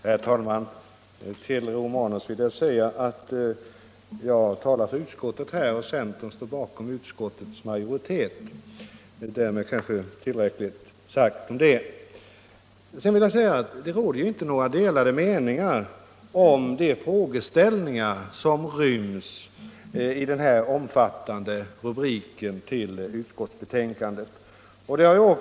Herr talman! Till herr Romanus vill jag säga att jag här har talat för utskottet, och centern står bakom utskottet. Därmed är kanske tillräckligt sagt om detta. Det råder inga delade meningar om de frågor som ryms under utskottsbetänkandets omfattande rubrik.